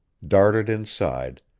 darted inside,